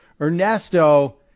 Ernesto